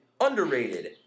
underrated